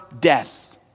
death